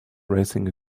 racing